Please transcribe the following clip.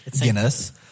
Guinness